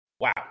Wow